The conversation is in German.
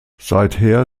seither